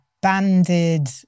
banded